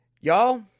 Y'all